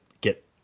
get